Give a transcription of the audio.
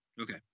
Okay